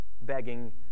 begging